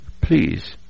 please